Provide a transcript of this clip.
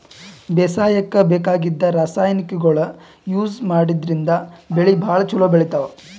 ಬೇಸಾಯಕ್ಕ ಬೇಕಾಗಿದ್ದ್ ರಾಸಾಯನಿಕ್ಗೊಳ್ ಯೂಸ್ ಮಾಡದ್ರಿನ್ದ್ ಬೆಳಿ ಭಾಳ್ ಛಲೋ ಬೆಳಿತಾವ್